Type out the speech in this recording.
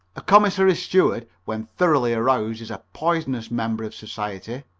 a commissary steward when thoroughly aroused is a poisonous member of society.